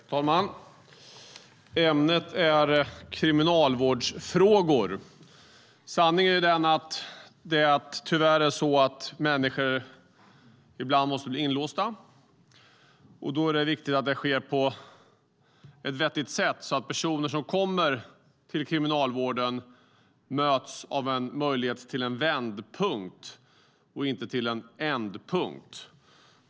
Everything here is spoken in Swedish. Fru talman! Ämnet är kriminalvårdsfrågor. Tyvärr är det så att människor ibland måste bli inlåsta. Då är det viktigt att det sker på ett vettigt sätt så att personer som kommer till kriminalvården möts av en möjlighet till en vändpunkt, inte till en ändpunkt.